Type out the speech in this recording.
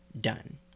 done